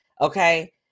okay